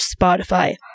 Spotify